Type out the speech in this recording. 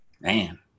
Man